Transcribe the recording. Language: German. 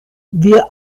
wir